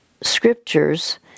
scriptures